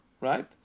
right